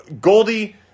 Goldie